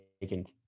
taking